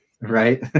Right